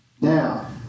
Now